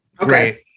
Okay